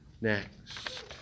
next